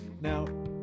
Now